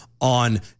on